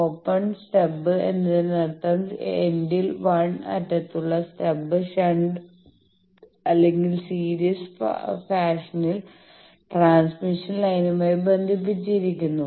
open stub എന്നതിനർത്ഥം എൻഡിൽ 1 അറ്റത്തുള്ള സ്റ്റബ് ഷണ്ട് അല്ലെങ്കിൽ സീരീസ് ഫാഷനിൽ ട്രാൻസ്മിഷൻ ലൈനുമായി ബന്ധിപ്പിച്ചിരിക്കുന്നു